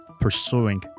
pursuing